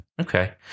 Okay